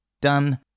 Done